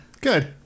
Good